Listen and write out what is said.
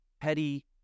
petty